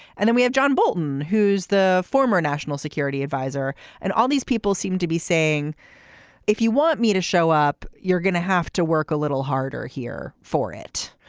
and then we have john bolton who's the former national security adviser and all these people seem to be saying if you want me to show up you're gonna have to work a little harder here for it.